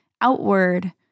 outward